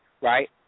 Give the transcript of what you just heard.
right